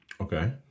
Okay